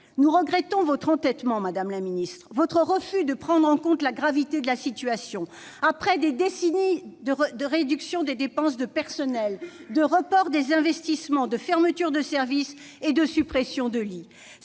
Nous regrettons votre entêtement, madame la ministre, votre refus de prendre en compte la gravité de la situation, après des décennies de réduction des dépenses de personnel, de report des investissements, de fermetures de services et de suppressions de lits.